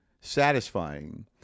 satisfying